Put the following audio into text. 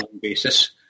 basis